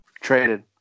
Traded